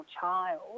child